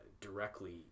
directly